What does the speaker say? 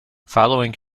following